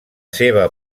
seva